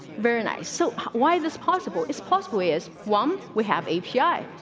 very nice. so why this possible it's possible is one we have a p i.